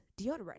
deodorant